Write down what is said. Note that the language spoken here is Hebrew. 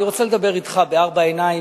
אני רוצה לדבר אתך בארבע עיניים.